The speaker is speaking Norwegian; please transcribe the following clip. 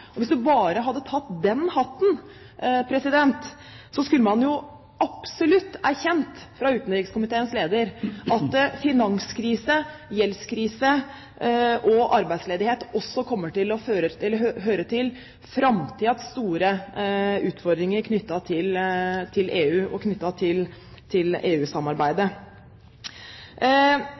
– hvis vi bare hadde tatt den «hatten» – skulle utenrikskomiteens leder absolutt erkjent at finanskrise, gjeldskrise og arbeidsledighet også kommer til å høre til framtidens store utfordringer knyttet til EU og knyttet til EU-samarbeidet. Jeg har også bare lyst til